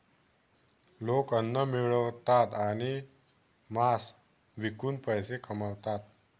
लोक अन्न मिळवतात आणि मांस विकून पैसे कमवतात